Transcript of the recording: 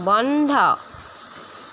বন্ধ